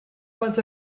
front